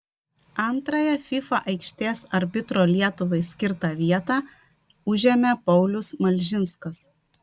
antrąją fifa aikštės arbitro lietuvai skirtą vietą užėmė paulius malžinskas